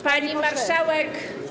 Pani Marszałek!